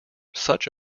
such